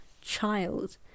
child